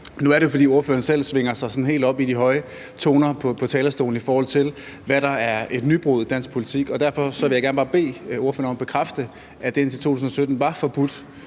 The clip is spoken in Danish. Nu er det jo, fordi ordføreren selv svinger sig sådan helt op i de høje toner på talerstolen, i forhold til hvad der er et nybrud i dansk politik. Derfor vil jeg bare gerne bede ordføreren om at bekræfte, at det indtil 2017 var forbudt